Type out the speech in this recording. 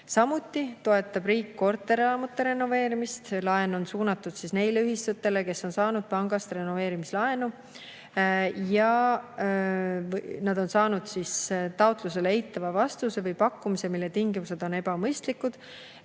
Samuti toetab riik korterelamute renoveerimist. See laen on suunatud neile ühistutele, kes on [taotlenud] pangast renoveerimislaenu ja nad on saanud taotlusele eitava vastuse või pakkumise, mille tingimused on ebamõistlikud.